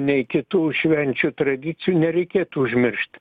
nei kitų švenčių tradicijų nereikėtų užmiršt